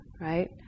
right